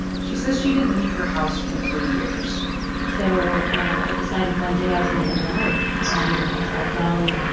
she says she didn't leave her house for three years so i decided one day i was going to end my life. and i sat down.